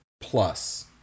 plus